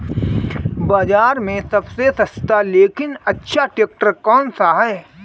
बाज़ार में सबसे सस्ता लेकिन अच्छा ट्रैक्टर कौनसा है?